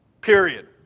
period